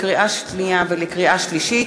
לקריאה שנייה ולקריאה שלישית,